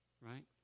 right